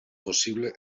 possible